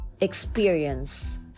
experience